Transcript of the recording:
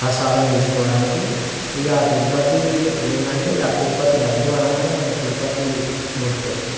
ప్రసాదం తీసుకోవడానికి ఇక తిరుపతి ఏంటంటే ఇక తిరుపతి లడ్డు అనగానే తిరుపతి గుర్తుకొస్తుంది